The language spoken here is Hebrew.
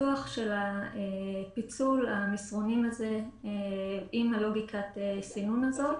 הפיתוח של פיצול המסרונים עם לוגיקת הסימון הזה,